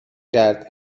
کرد